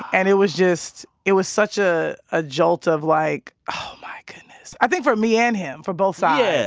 and it was just it was such a ah jolt of, like, oh, my goodness. i think for me and him, for both sides.